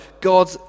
God